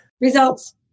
results